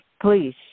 Please